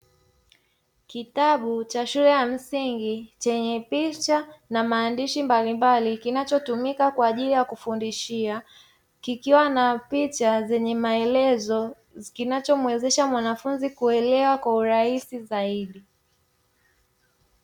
Kitabu cha shule ya msingi chenye picha na maandishi mbalimbali kinachotumika kwa ajili ya kufundishia, kikiwa na picha zenye maelezo kinacho muwezesha mwanafunzi kuelewa kwa urahisi zaidi.